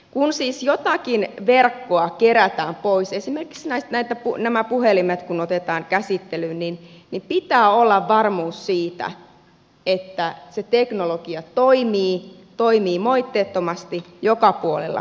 kun siis jotakin verkkoa kerätään pois esimerkiksi kun nämä puhelimet otetaan käsittelyyn niin pitää olla varmuus siitä että se teknologia toimii moitteettomasti joka puolella suomea